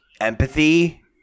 empathy